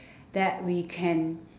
that we can